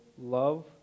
love